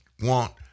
want